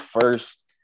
first